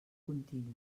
contínua